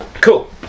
Cool